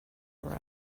arise